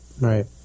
right